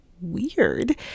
weird